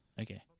Okay